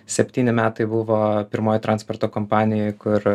septyni metai buvo pirmoj transporto kompanijoj kur